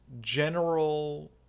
general